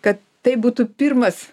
kad tai būtų pirmas